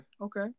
Okay